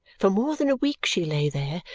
for more than a week she lay there,